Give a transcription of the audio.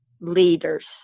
leaders